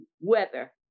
weather